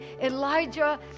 Elijah